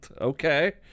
Okay